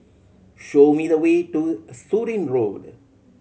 show me the way to Surin Road